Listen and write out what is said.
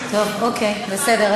בסדר,